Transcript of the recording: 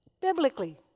biblically